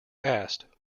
asked